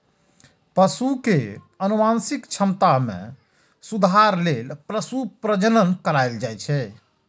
पशु के आनुवंशिक क्षमता मे सुधार लेल पशु प्रजनन कराएल जाइ छै